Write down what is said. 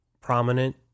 prominent